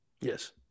Yes